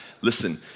Listen